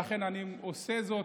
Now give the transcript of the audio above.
ואכן אני עושה זאת,